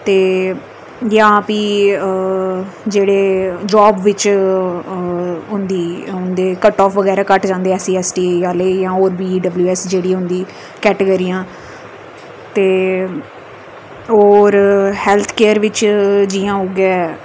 ते यां भी अऽ जेह्ड़े जाब विच अऽ हुंदी उंदे कटआफ वगैरहा घट्ट जंदे एस्स सी एस्स टी आले जां होर बी ई डब्ल्यू एस्स जेह्ड़ी होदीं केटागरियां ते होर हैल्थ केयर बिच जियां उगे